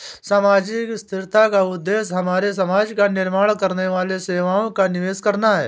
सामाजिक स्थिरता का उद्देश्य हमारे समाज का निर्माण करने वाली सेवाओं का निवेश करना है